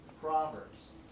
Proverbs